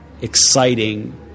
exciting